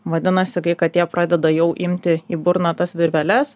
vadinasi kai katė pradeda jau imti į burną tas virveles